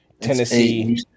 Tennessee